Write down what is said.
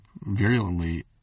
virulently